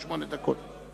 שמונה דקות.